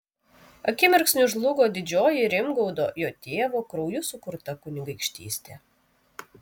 akimirksniu žlugo didžioji rimgaudo jo tėvo krauju sukurta kunigaikštystė